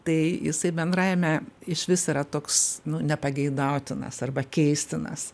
tai jisai bendravime išvis yra toks nepageidautinas arba keistinas